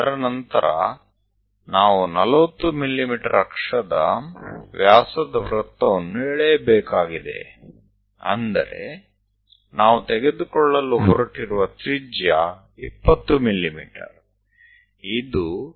ત્યારબાદ આપણને 40 mm વ્યાસના વર્તુળને દોરવું પડશે તેનો અર્થ એમ છે કે આપણને 20 mm ત્રિજ્યા લેવાની જરૂર પડશે